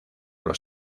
los